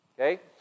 Okay